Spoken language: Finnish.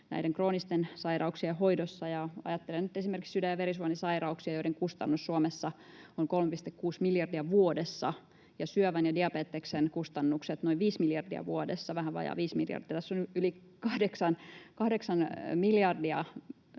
näiden kroonisten sairauksien hoidossa? Ajattelen nyt esimerkiksi sydän- ja verisuonisairauksia, joiden kustannus Suomessa on 3,6 miljardia vuodessa, ja syövän ja diabeteksen kustannukset ovat noin viisi miljardia vuodessa, vähän vajaa viisi miljardia. Tässä on yli kahdeksan miljardia